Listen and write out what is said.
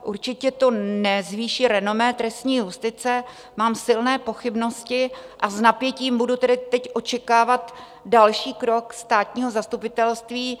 Určitě to nezvýší renomé trestní justice, mám silné pochybnosti, a s napětím budu tedy teď očekávat další krok státního zastupitelství.